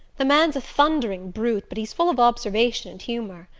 the man's a thundering brute, but he's full of observation and humour.